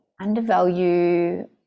undervalue